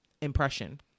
impression